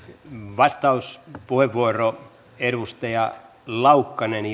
vastauspuheenvuoro edustaja laukkanen